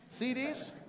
CDs